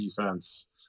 defense